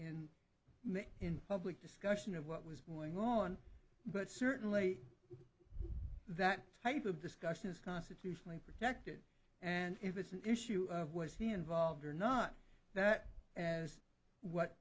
may in public discussion of what was going on but certainly that type of discussion is constitutionally protected and if it's an issue of was he involved or not that as what